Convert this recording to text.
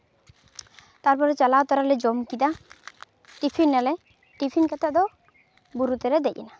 ᱛᱟᱯᱚᱨᱮ ᱪᱟᱞᱟᱣ ᱛᱚᱨᱟᱞᱮ ᱡᱚᱢ ᱠᱮᱫᱟ ᱴᱤᱯᱷᱤᱱ ᱱᱟᱞᱮ ᱴᱤᱯᱷᱤᱱ ᱠᱟᱛᱮ ᱫᱚ ᱵᱩᱨᱩ ᱛᱮᱞᱮ ᱫᱮᱡ ᱮᱱᱟ